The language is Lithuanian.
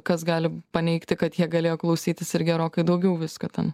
kas gali paneigti kad jie galėjo klausytis ir gerokai daugiau visko ten